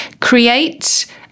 create